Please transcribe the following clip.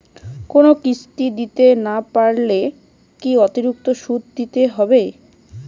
কোনো কিস্তি দিতে না পারলে কি অতিরিক্ত সুদ দিতে হবে?